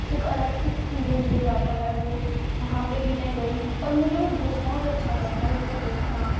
एक अलग सा एक्सपीरिएन्स दे जाता है वह मैं वहाँ पर भी गई हूँ और मुझे वह बहुत अच्छा लगता है उसको देखना